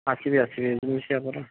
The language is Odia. ଆସିବି ଆସିବି ପରା